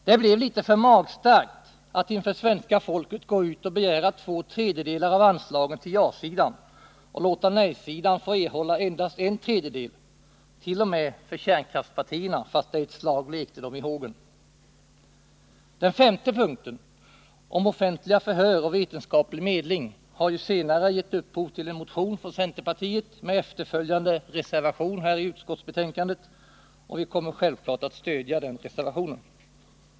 Det blev litet för magstarkt att inför svenska folket gå ut och begära två tredjedelar av anslagen till ja-sidan och låta nej-sidan få endast en tredjedel, t.o.m. för kärnkraftspartierna fast det ett slag lekte dem i hågen. Den femte punkten, om offentliga förhör och vetenskaplig medling, har senare gett upphov till en motion från centerpartiet med efterföljande reservation i utskottsbetänkandet, och vi kommer självfallet att stödja den reservationen.